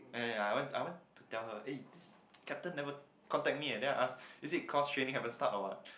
ya ya ya I went I went to tell her eh this captain never contact me eh then I ask is it cause training haven't start or what